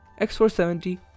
X470